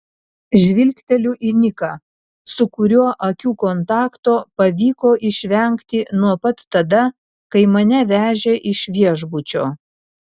žvilgteliu į niką su kuriuo akių kontakto pavyko išvengti nuo pat tada kai mane vežė iš viešbučio